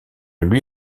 lui